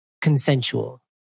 consensual